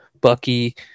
Bucky